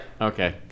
Okay